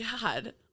God